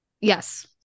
Yes